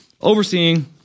overseeing